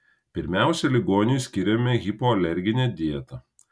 pirmiausia ligoniui skiriame hipoalerginę dietą